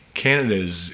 Canada's